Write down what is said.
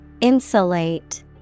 Insulate